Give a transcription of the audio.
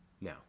Now